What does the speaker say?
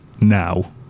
now